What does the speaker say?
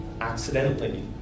accidentally